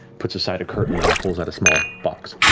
puts aside a curtain, and pulls out a small box,